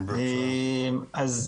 אז,